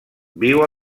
viu